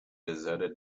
deserted